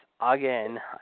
again